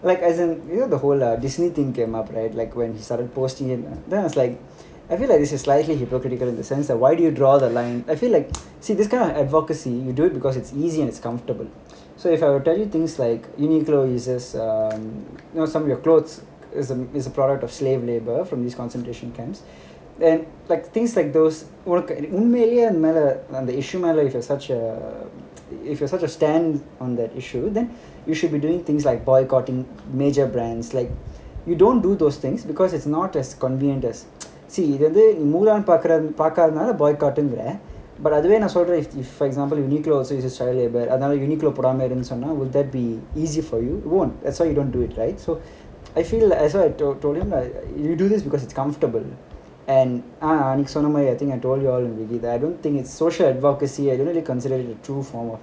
like as in you know the whole uh disney thing came up right like when he started posting it then I was like I feel like this is slightly hypocritical in the sense that where do you draw the line I feel like see this kind of advocacy you do it because it's easy and it's comfortable so if I will tell you things like uniqlo uses um you know some of your clothes is a is a product of slave labour from these concentration camps and like things like those உனக்கு உண்மையிலேயே அது மேல அந்த:unaku unmaiyilaye adhu mela antha issue மேல:mela such a if you are such a stand on that issue then you should be doing things like boycotting major brands like you don't do those things because it's not as convenient as இது இது உண்மையா பார்க்காததால:idhu idhu unmaiya parkathathala boycotting ங்கிற but அதுவே நான் சொல்ற:ngira but adhuve naan solra for example if uniqlo also uses child labour அதுவே:adhuve uniqlo போடாம இருன்னு சொன்னா:podama irunu sonna would that be easy for you it won't that's why you don't do it right so I feel like as I as I told them lah like you do this because it's comfortable and நீ சொன்ன மாதிரி:nee sonna mathiri I think I told you all already that I don't think it's social advocacy I don't really consider it a true form